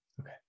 Okay